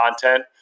content